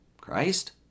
christ